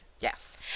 Yes